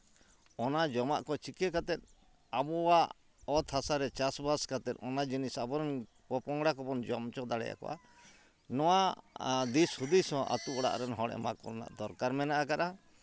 ᱚᱱᱟ ᱡᱚᱢᱟᱜ ᱠᱚ ᱪᱤᱠᱟᱟᱹ ᱠᱟᱛᱮ ᱟᱵᱚᱣᱟᱜ ᱚᱛ ᱦᱟᱥᱟ ᱨᱮ ᱪᱟᱥᱼᱵᱟᱥ ᱠᱟᱛᱮ ᱚᱱᱟ ᱡᱤᱱᱤᱥ ᱟᱵᱚ ᱨᱮᱱ ᱯᱚᱼᱯᱚᱝᱲᱟ ᱠᱚᱵᱚᱱ ᱡᱚᱢ ᱦᱚᱪᱚ ᱫᱟᱲᱮᱭᱟᱠᱚᱣᱟ ᱱᱚᱣᱟ ᱫᱤᱥ ᱦᱩᱫᱤᱥ ᱦᱚᱸ ᱟᱛᱳ ᱨᱮᱱ ᱦᱚᱲ ᱮᱢᱟ ᱠᱚ ᱨᱮᱱᱟᱜ ᱫᱚᱨᱠᱟᱨ ᱢᱮᱱᱟᱜ ᱟᱠᱟᱫᱼᱟ